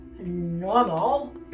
Normal